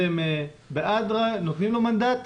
אתם נותנים לו מנדט?